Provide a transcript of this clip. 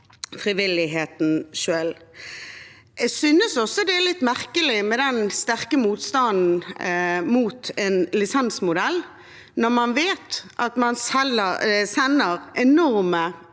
frivilligheten selv. Jeg synes også det er litt merkelig med den sterke motstanden mot en lisensmodell, når man vet at man sender enormt